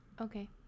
Okay